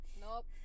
Nope